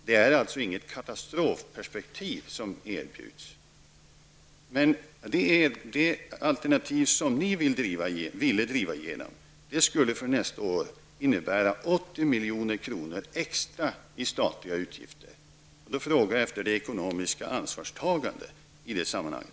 Det är alltså inget katastrofalternativ som erbjuds. Men det alternativ som ni vill driva igenom skulle för nästa år ha inneburit 80 milj.kr. extra i statliga utgifter. Då frågar jag efter det ekonomiska ansvarstagandet.